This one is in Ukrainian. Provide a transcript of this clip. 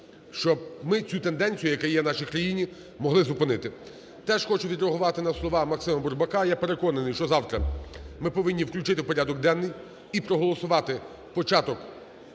щоб ми цю тенденцію, яка є в нашій країні, могли зупинити. Теж хочу відреагувати на слова Максима Бурбака, я переконаний, що завтра ми повинні включити в порядок денний і проголосувати початок